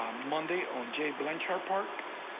um monday on jay blanchard park.